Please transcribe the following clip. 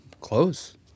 Close